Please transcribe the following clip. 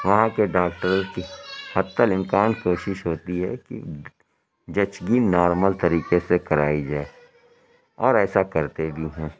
وہاں کے ڈاکٹروں کی حتی الامکان کوشش ہوتی ہے کہ زچگی نارمل طریقے سے کرائی جائے اور ایسا کرتے بھی ہیں